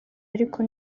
ariko